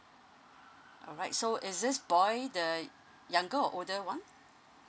alright so is this boy the younger or older one